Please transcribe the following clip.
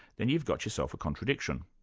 then you've got yourself a contradiction.